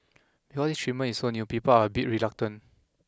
because this treatment is so new people are a bit reluctant